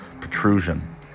protrusion